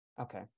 Okay